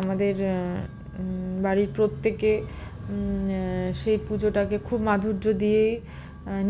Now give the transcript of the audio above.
আমাদের বাড়ির প্রত্যেকে সেই পুজোটাকে খুব মাধুর্য দিয়ে